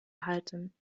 halten